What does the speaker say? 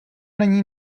není